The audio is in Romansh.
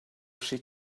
aschi